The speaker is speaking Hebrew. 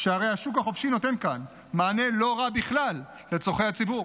שהרי השוק החופשי נותן כאן מענה לא רע בכלל לצורכי הציבור.